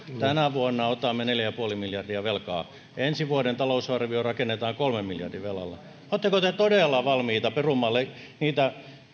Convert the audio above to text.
tänä vuonna otamme neljä pilkku viisi miljardia velkaa ensi vuoden talousarvio rakennetaan kolmen miljardin velalla oletteko te todella valmiita perumaan niitä